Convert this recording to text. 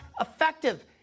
effective